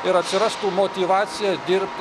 ir atsirastų motyvacija dirbti